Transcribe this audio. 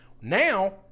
Now